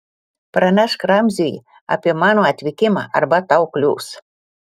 pranešk ramziui apie mano atvykimą arba tau klius